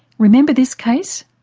remember this case?